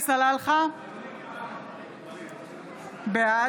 עלי סלאלחה, בעד